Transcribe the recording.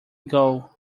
goal